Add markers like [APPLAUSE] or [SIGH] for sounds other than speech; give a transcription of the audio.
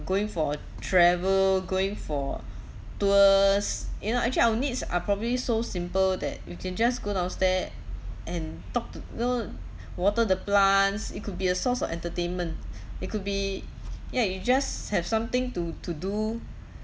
going for travel going for tours you know actually our needs are probably so simple that you can just go downstairs and talk to you know [BREATH] water the plants it could be a source of entertainment [BREATH] it could be ya you just have something to to do